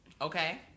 Okay